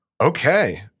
Okay